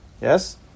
Yes